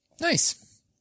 Nice